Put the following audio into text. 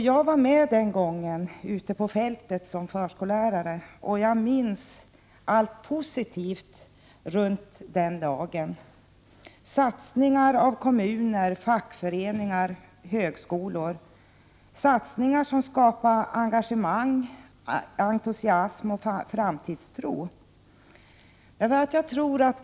Jag var med ute på fältet som förskollärare när den rätten infördes, och jag minns allt positivt runt den dagen — satsningar av kommuner, fackföreningar, högskolor, satsningar som skapade engagemang, entusiasm och framtidstro.